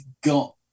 got